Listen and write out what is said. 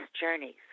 journeys